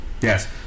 Yes